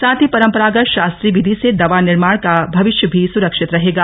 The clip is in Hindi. साथ ही परम्परागत शास्त्रीय विधि से दवा निर्माण का भविष्य भी सुरक्षित रहेगा